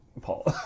Paul